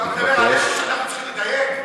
אתה אומר עלינו שאנחנו צריכים לדייק?